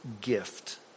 gift